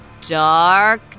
dark